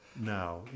now